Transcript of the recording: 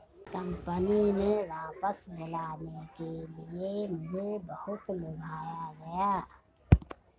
company में वापस बुलाने के लिए मुझे बहुत लुभाया गया